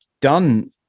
done